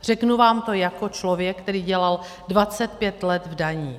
Řeknu vám to jako člověk, který dělal 25 let v daních.